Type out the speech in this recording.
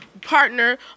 partner